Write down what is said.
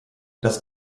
das